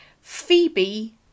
Phoebe